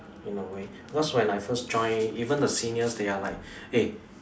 in a way because when I first join even the seniors they are like !hey!